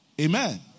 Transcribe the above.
Amen